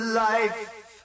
life